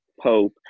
Pope